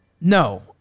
No